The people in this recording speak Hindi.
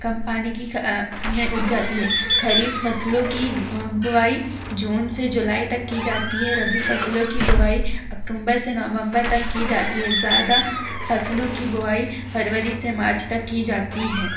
कम पानी की में उग जाती है खरीफ फसलों की बोआई जून से जुलाई तक की जाती है रबी फसलों की बोबाई अकटुम्बर से नवंबर तक की जाती है ज़्यादा फसलों की बोआई फरबरी से मार्च तक की जाती है